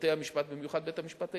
בתי-המשפט, במיוחד בית-המשפט העליון,